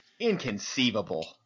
inconceivable